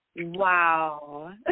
Wow